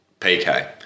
PK